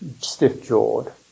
stiff-jawed